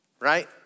right